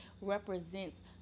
represents